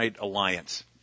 alliance